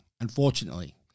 Unfortunately